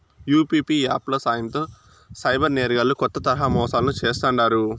UPI app ల సాయంతో cyber నేరగాల్లు కొత్త తరహా మోసాలను చేస్తాండారు